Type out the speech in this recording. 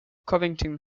covington